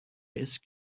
ask